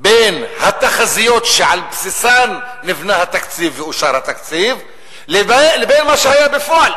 בין התחזיות שעל בסיסן נבנה התקציב ואושר התקציב לבין מה שהיה בפועל.